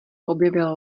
objevil